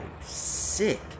sick